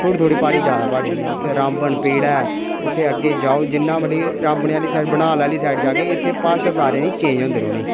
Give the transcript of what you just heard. थोह्ड़ी थोह्ड़ी प्हाड़ी जादा प्हाड़ी निं ऐ उत्थै रामबन पेड़ै उत्थै अग्गै जाओ जिन्ना मतलब रामबन आह्ली साइड बनिहाल आह्ली साइड इत्थै भाशा सारें दी चेंज होंदे रौंह्नी